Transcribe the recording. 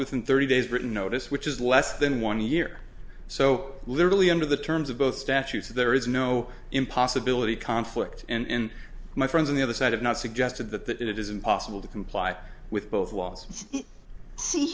within thirty days written notice which is less than one year so literally under the terms of both statutes there is no impossibility conflict and my friends on the other side have not suggested that that it is impossible to comply with both l